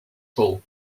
fall